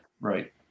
right